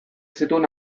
zituen